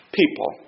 people